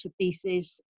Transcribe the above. pieces